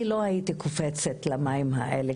אני לא הייתי קופצת למים האלה.